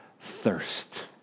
thirst